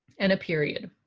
and a period.